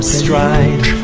stride